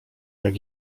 jak